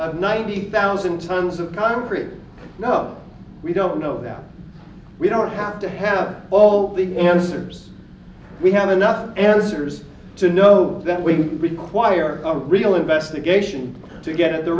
of ninety thousand tons of concrete now we don't know that we don't have to have all the answers we have enough answers to know that we require a real investigation to get